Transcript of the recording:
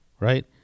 Right